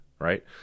Right